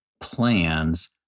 plans